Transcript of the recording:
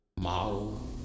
model